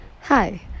Hi